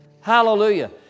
Hallelujah